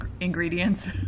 ingredients